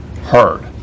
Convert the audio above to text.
heard